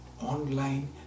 online